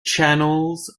channels